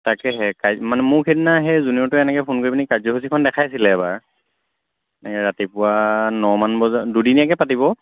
তাকেহে মানে মোক সেইদিনা সেই জুনিয়ৰটোৱে এনেকৈ ফোন কৰি পিনি কাৰ্যসূচীখন দেখাইছিলে এবাৰ মানে ৰাতিপুৱা নমান বজাত দুদিনীয়াকৈ পাতিব